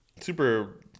super